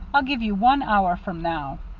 i'll give you one hour from now.